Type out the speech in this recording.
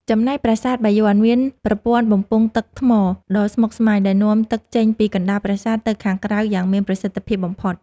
ចំណែកប្រាសាទបាយ័នមានប្រព័ន្ធបំពង់ទឹកថ្មដ៏ស្មុគស្មាញដែលនាំទឹកចេញពីកណ្តាលប្រាសាទទៅខាងក្រៅយ៉ាងមានប្រសិទ្ធភាពបំផុត។